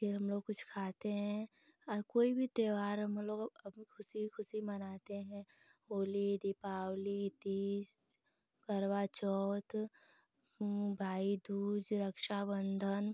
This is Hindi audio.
फिर हमलोग कुछ खाते हैं कोई भी त्योहार हमलोग अब खुशी खुशी मनाते हैं होली दीपावली तीज़ करवा चौथ भाई दूज रक्षाबन्धन